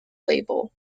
label